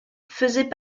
faisait